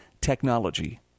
technology